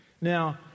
Now